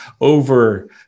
over